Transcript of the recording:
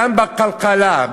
גם בקלקלה.